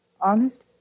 Honest